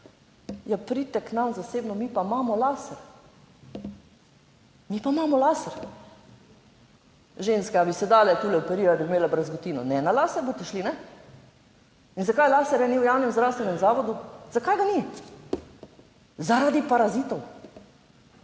pridite k nam zasebno, mi pa imamo laser, mi pa imamo laser. Ženske, ali bi se dale tule operirali, bi imela brazgotino, ne, na lase boste šli. In zakaj laserja ni v javnem zdravstvenem zavodu, zakaj ga ni zaradi parazitov,